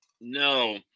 No